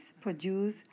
produce